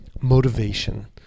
motivation